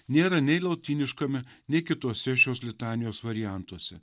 nėra nei lotyniškame nei kituose šios litanijos variantuose